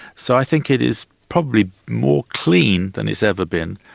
so i think it is probably more clean than it's ever been,